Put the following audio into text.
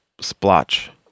splotch